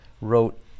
wrote